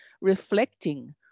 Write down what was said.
reflecting